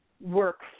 work